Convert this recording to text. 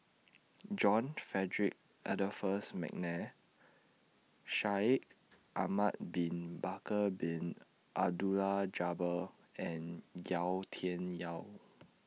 John Frederick Adolphus Mcnair Shaikh Ahmad Bin Bakar Bin Abdullah Jabbar and Yau Tian Yau